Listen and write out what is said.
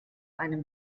einem